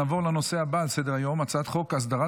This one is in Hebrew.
נעבור לנושא הבא על סדר-היום: הצעת חוק הסדרת